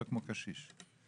כמו קשיש.